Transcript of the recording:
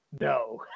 no